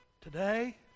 today